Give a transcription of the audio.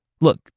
Look